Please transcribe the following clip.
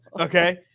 Okay